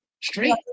Straight